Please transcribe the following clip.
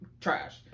trash